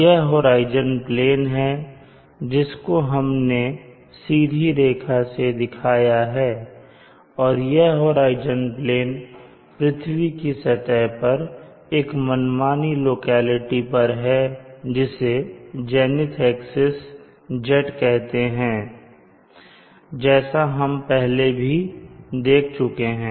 यह horizon plane है जिसको हमने सीधी रेखा से दिखाया है और यह होराइजन प्लेन पृथ्वी की सतह पर एक मनमानी लोकेलिटी पर है जिसे जेनिथ एक्सिस Z कहते हैं जैसा हम पहले भी देख चुके हैं